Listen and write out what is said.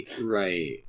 right